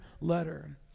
letter